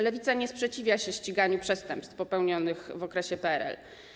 Lewica nie sprzeciwia się ściganiu przestępstw popełnionych w okresie PRL.